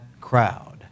crowd